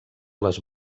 les